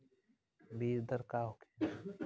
बीजदर का होखे?